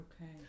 okay